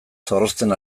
zorrozten